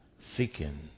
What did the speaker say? seeking